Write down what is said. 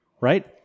right